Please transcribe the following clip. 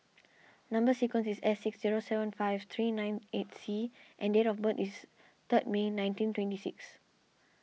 Number Sequence is S six zero seven five three nine eight C and date of birth is third May nineteen twenty six